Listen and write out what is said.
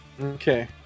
Okay